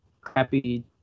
crappy